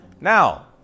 Now